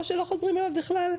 או שלא חוזרים אליו בכלל.